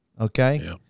okay